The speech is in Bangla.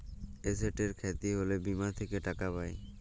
এসেটের খ্যতি হ্যলে বীমা থ্যাকে টাকা পাই